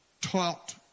taught